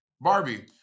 barbie